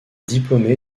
diplômé